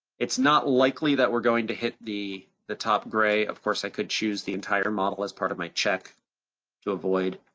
it's not likely that we're going to hit the the top gray, of course i could choose the entire model as part of my check to avoid.